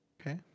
Okay